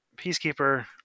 Peacekeeper